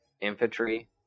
infantry